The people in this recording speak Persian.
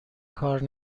کار